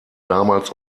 damals